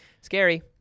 Scary